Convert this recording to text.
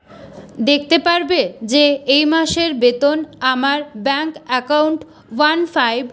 দেখতে পারবে যে এই মাসের বেতন আমার ব্যাংক অ্যাকাউন্ট ওয়ান ফাইভ